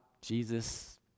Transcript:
Jesus